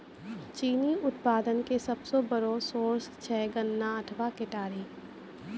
चीनी उत्पादन के सबसो बड़ो सोर्स छै गन्ना अथवा केतारी